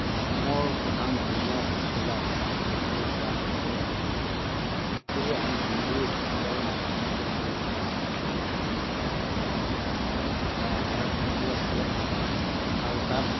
অসমৰ প্ৰধান ধৰ্মীয় সম্প্ৰদায় বুলি কোৱাৰ লগে লগে বিশেষ কৰি আমি হিন্দু সম্প্ৰদায়ৰ মানুহখিনিকে আমি বেছিকৈ পোৱা যায় যিহেতু অসম বা ভাৰত হিন্দু ৰাষ্ট্ৰীয় আৰু তাত